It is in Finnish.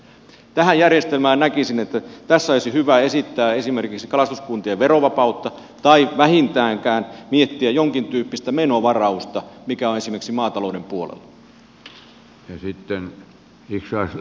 tähän järjestelmään näkisin että tässä olisi hyvä esittää esimerkiksi kalastuskuntien verovapautta tai vähintäänkin miettiä jonkintyyppistä menovarausta mikä on esimerkiksi maatalouden puolella